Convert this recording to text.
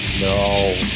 no